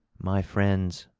my friends,